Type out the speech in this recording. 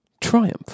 triumph